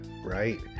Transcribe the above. right